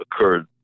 occurred